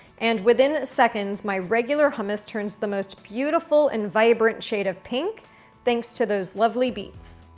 and within seconds, my regular hummus turns the most beautiful and vibrant shade of pink thanks to those lovely beets.